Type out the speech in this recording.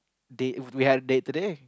date we've a date today